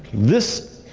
this